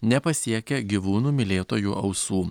nepasiekia gyvūnų mylėtojų ausų